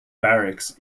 barracks